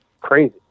Crazy